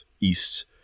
east